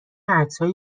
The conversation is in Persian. عکسهای